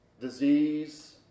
disease